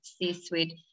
C-suite